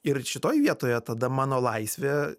ir šitoj vietoje tada mano laisvė